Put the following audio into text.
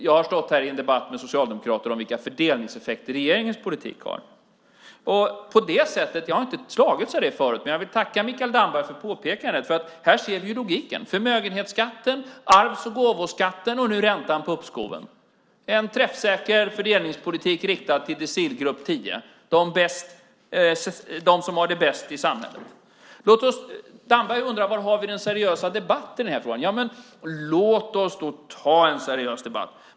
Jag har debatterat med socialdemokrater om vilka fördelningseffekter regeringens politik har. Jag har inte slagits av det förut, men jag tackar Mikael Damberg för påpekandet. Här ser vi logiken. Förmögenhetsskatten, arvs och gåvoskatten och nu räntan på uppskoven är en träffsäker fördelningspolitik riktad till decilgrupp 10 - de som har det bäst i samhället. Mikael Damberg undrar var vi har den seriösa debatten i den är frågan. Låt oss ta en seriös debatt.